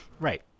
right